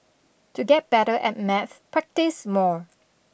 to get better at maths practise more